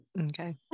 Okay